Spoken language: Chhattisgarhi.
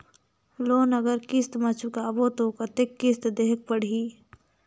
लोन अगर किस्त म चुकाबो तो कतेक किस्त देहेक पढ़ही?